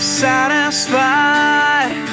satisfied